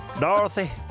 Dorothy